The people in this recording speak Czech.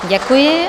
Děkuji.